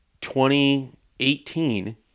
2018